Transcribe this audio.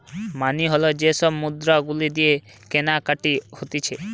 মানি হল যে সব মুদ্রা গুলা দিয়ে কেনাকাটি হতিছে